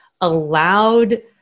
allowed